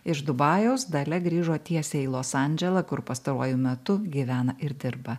iš dubajaus dalia grįžo tiesiai į los andželą kur pastaruoju metu gyvena ir dirba